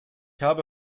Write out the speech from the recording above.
habe